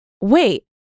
Wait